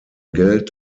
geld